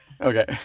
Okay